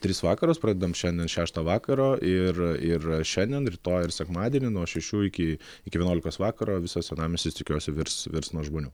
tris vakarus pradedam šiandien šeštą vakaro ir ir šiandien rytoj ir sekmadienį nuo šešių iki iki vienuolikos vakaro visas senamiestis tikiuosi virs virs nuo žmonių